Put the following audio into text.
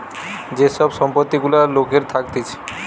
যে সব সম্পত্তি গুলা লোকের থাকতিছে